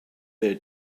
their